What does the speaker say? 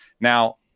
Now